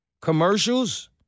commercials